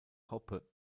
hoppe